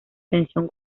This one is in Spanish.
tensión